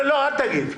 לא, אל תגיד.